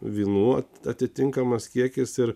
vynų atitinkamas kiekis ir